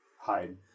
hide